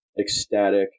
ecstatic